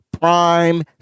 prime